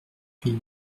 huit